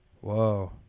Whoa